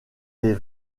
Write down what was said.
des